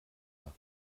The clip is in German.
nach